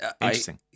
interesting